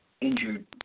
injured